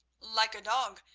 like a dog,